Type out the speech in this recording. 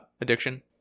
addiction